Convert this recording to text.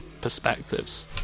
perspectives